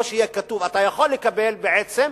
לא שיהיה כתוב: אתה יכול לקבל בעצם,